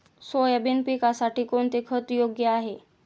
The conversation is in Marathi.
सोयाबीन पिकासाठी कोणते खत योग्य आहे?